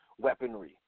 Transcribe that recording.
weaponry